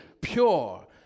pure